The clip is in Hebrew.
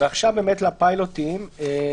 עד 29 "הוראת שעה 27. (א)